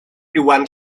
iwan